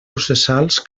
processals